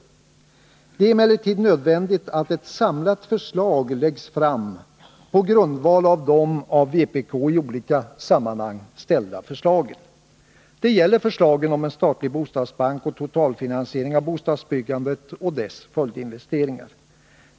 Det är emellertid nödvändigt att ett samlat förslag läggs fram på grundval av de av vpk i olika sammanhang ställda förslagen. Det gäller förslagen om en statlig bostadsbank och totalfinansiering av bostadsbyggandet och dess följdinvesteringar.